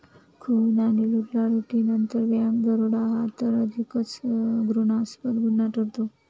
खून आणि लुटालुटीनंतर बँक दरोडा हा तर अधिकच घृणास्पद गुन्हा ठरतो